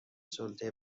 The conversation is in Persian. سلطه